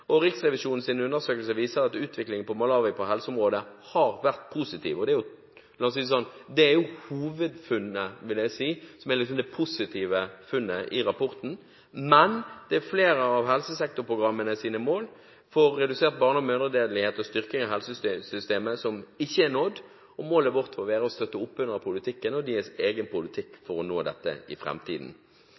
undersøkelse viser at utviklingen på helseområdet i Malawi har vært positiv, og det er jo det hovedfunnet, vil jeg si, som er det positive funnet i rapporten. Men det er flere av helsesektorprogrammenes mål for redusert barne- og mødredødelighet og styrking av helsesystemet som ikke er nådd, og målet vårt må være å støtte opp under deres egen politikk for å nå dette i